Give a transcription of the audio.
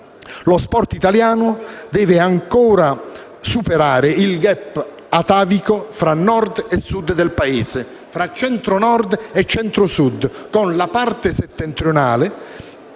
Lo sport italiano deve ancora superare il *gap* atavico tra Nord e Sud del Paese, tra Centro-Nord e Centro-Sud, con la parte settentrionale